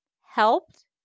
helped